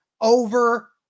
over